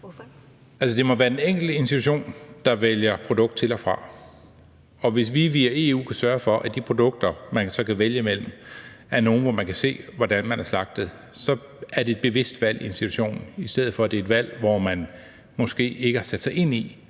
Altså, det må være den enkelte institution, der vælger produkt til og fra, og hvis vi via EU kan sørge for, at de produkter, man så kan vælge imellem, er nogle, hvor man kan se, hvordan dyr er slagtet, så er det et bevidst valg i institutionen, i stedet for at det er et valg, hvor man måske ikke har sat sig ind i,